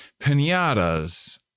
Pinatas